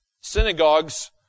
Synagogues